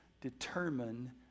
determine